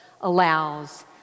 allows